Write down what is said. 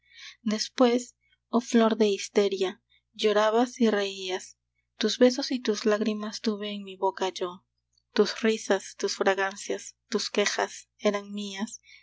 después oh flor de histeria llorabas y reías tus besos y tus lágrimas tuve en mi boca yo tus risas tus fragancias tus quejas eran mías